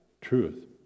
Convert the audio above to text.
truth